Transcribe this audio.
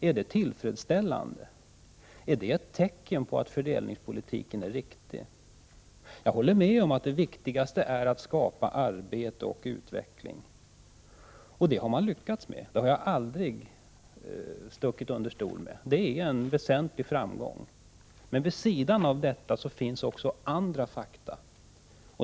Är den tillfredsställande? Är den ett tecken på att fördelningspolitiken är riktig? Jag håller med om att det viktigaste är att skapa arbete och utveckling, och det har man lyckats med. Det är en väsentlig framgång. Det har jag aldrig stuckit under stol med. Men vid sidan av detta finns också andra fakta.